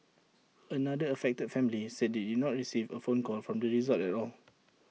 another affected family said they did not receive A phone call from the resort at all